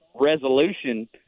resolution